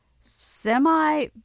semi